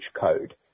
code